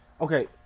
Okay